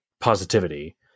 positivity